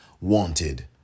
wanted